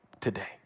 today